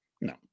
No